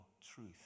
truth